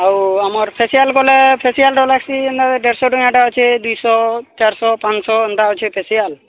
ଆଉ ଆମର ଫେସିଆଲ୍ କଲେ ଫେସିଆଲ୍ ଲାଗ୍ସି ଦେଢ଼ଶହ ଟଙ୍କିଆଟେ ଅଛି ଦୁଇଶହ ଚାରିଶହ ପାଞ୍ଚଶହ ଏଟା ଅଛି ଫେସିଆଲ୍